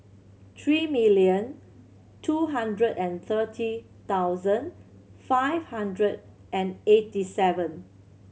three million two hundred and thirty thousand five hundred and eighty seven